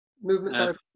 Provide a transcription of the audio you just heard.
movement